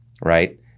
right